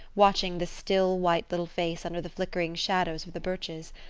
watching the still, white little face under the flickering shadows of the birches.